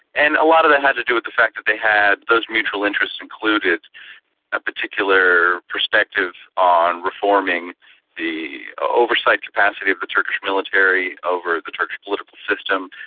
and a lot of that had to do with the fact that they had, those mutual interests included a particular perspective on reforming the oversight capacity of the turkish military over the turkish political system,